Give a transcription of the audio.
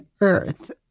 Earth